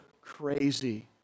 crazy